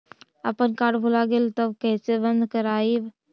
अपन कार्ड भुला गेलय तब कैसे बन्द कराइब?